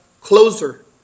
closer